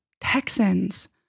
Texans